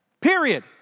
period